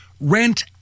Rent